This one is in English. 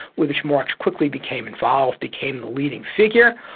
with which marx quickly became involved, became the leading figure.